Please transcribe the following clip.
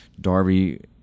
Darby